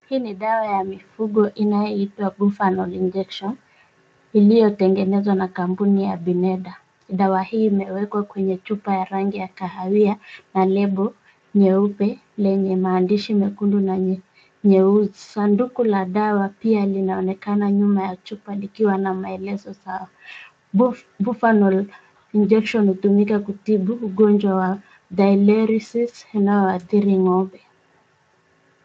Hii ni dawa ya mifugo inayoitwa Buvonal Injection, iliyotengenezwa na kampuni ya Bimeda , dawa hii imewekwa kwenye chupa ya rangi ya kahawia, na lebo, nyeupe, lenye maandishi mekundu na nyeusi. Sanduku la dawa pia linaonekana nyuma ya chupa likiwa na maelezo sawa. Buvonal Injection hutumika kutibu ugonjwa wa, Theileriosis inayoathiri ng'ombe.